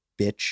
bitch